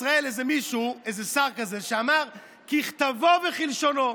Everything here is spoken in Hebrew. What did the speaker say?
שאמר: ככתבו וכלשונו.